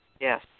yes